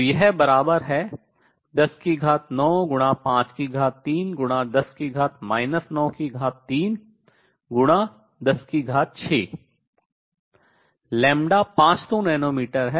तो यह बराबर है 109 53 3×106 500 नैनो मीटर है